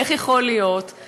איך יכול שאנחנו,